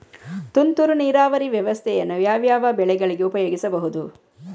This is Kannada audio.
ತುಂತುರು ನೀರಾವರಿ ವ್ಯವಸ್ಥೆಯನ್ನು ಯಾವ್ಯಾವ ಬೆಳೆಗಳಿಗೆ ಉಪಯೋಗಿಸಬಹುದು?